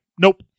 nope